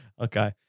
Okay